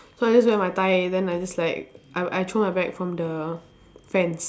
so I just wear my tie then I just like I I throw my bag from the fence